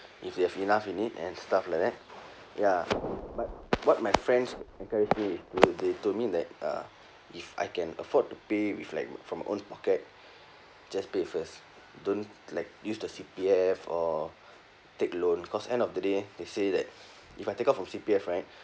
if they have enough in it and stuff like that ya but what my friends encourage me to do they told me that uh if I can afford to pay with like from own pocket just pay first don't like use the C_P_F or take loan cause end of the day they say that if I take out from C_P_F right